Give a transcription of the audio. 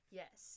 yes